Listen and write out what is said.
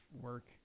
work